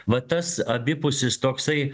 vat tas abipusis toksai